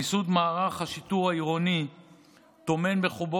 מיסוד מערך השיטור העירוני טומן בחובו